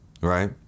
Right